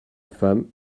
femme